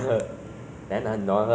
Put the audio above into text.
我周围的 ah